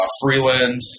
Freeland